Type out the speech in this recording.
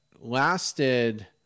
Lasted